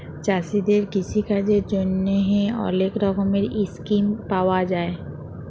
চাষীদের কিষিকাজের জ্যনহে অলেক রকমের ইসকিম পাউয়া যায়